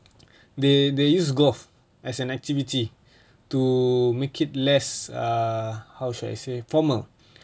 they they use golf as an activity to make it less err how should I say formal